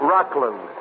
Rockland